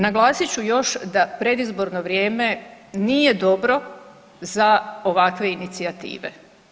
Naglasit ću još da predizborno vrijeme nije dobro za ovakve inicijative.